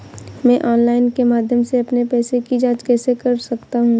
मैं ऑनलाइन के माध्यम से अपने पैसे की जाँच कैसे कर सकता हूँ?